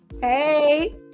Hey